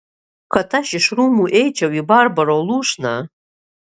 kad aš iš rūmų eičiau į barbaro lūšną